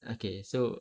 okay so